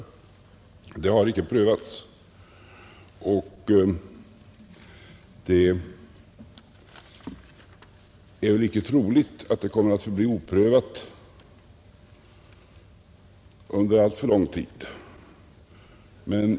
Det har icke prövats, men det är väl inte troligt att det kommer att förbli oprövat under alltför lång tid.